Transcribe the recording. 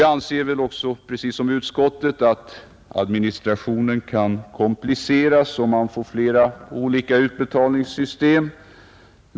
Jag anser också precis som utskottet att administrationen kan kompliceras, om man får flera olika utbetalningssystem.